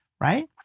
Right